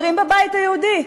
אומרים בבית היהודי: